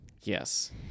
Yes